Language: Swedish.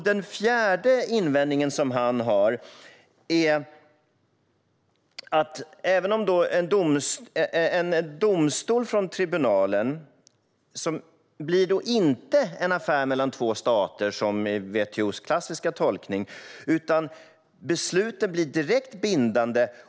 Den fjärde invändningen han har är att en domstol från tribunalen inte blir en affär mellan två stater, som i WTO:s klassiska tolkning, utan besluten blir direkt bindande.